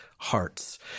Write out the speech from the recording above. hearts